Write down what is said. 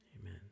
Amen